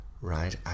right